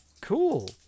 cool